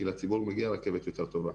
כי לציבור מגיעה רכבת יותר טובה.